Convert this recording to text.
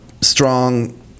strong